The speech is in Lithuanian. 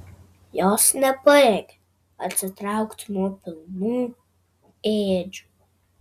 jos nepajėgė atsitraukti nuo pilnų ėdžių